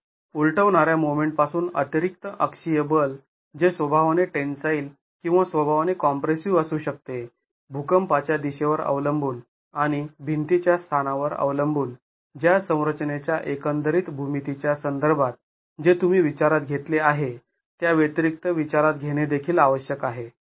तर उलटवणाऱ्या मोमेंट पासून अतिरिक्त अक्षीय बल जे स्वभावाने टेन्साईल किंवा स्वभावाने कॉम्प्रेसिव असू शकते भुकंपाच्या दिशेवर अवलंबून आणि भिंती च्या स्थानावर अवलंबून ज्या संरचनेच्या एकंदरीत भूमितीच्या संदर्भात जे तुम्ही विचारात घेतले आहे त्या व्यतिरिक्त विचारात घेणे देखील आवश्यक आहे